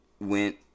went